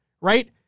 Right